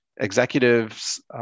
Executives